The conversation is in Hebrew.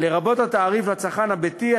לרבות התעריף לצרכן הביתי,